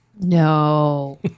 No